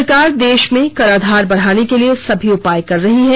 सरकार देश में कराधार बढ़ाने के लिए सभी उपाय कर रही है